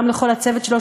גם לכל הצוות שלו,